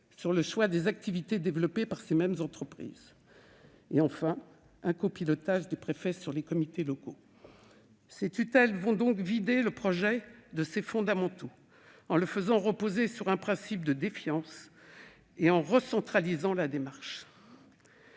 sur le choix des activités développées par ces entreprises ; enfin un copilotage des préfets avec les comités locaux. Ces tutelles vont vider le projet de ses fondamentaux, en faisant reposer celui-ci sur un principe de défiance et en recentralisant la démarche.